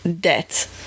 debt